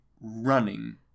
running